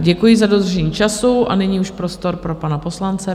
Děkuji za dodržení času a nyní už prostor pro pana poslance.